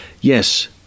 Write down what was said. yes